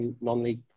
Non-League